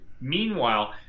Meanwhile